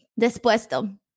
Despuesto